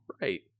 Right